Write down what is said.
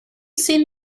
seen